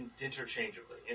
interchangeably